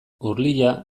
urlia